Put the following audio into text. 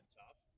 tough